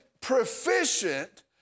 proficient